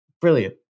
Brilliant